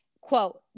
Quote